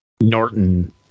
Norton